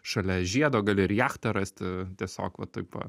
šalia žiedo gali ir jachtą rasti tiesiog va taip va